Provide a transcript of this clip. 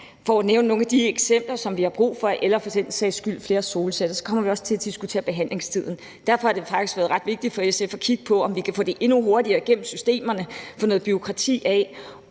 for at nævne eksempler på noget af det, som vi har brug for, eller for den sags skyld flere solceller, kommer vi også til at diskutere behandlingstiden. Derfor har det faktisk været ret vigtigt for SF at kigge på, om vi kan få det endnu hurtigere igennem systemerne og få noget bureaukrati